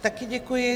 Také děkuji.